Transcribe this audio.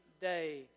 day